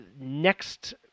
next